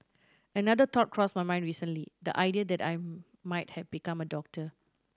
another thought crossed my mind recently the idea that I might have become a doctor